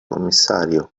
commissario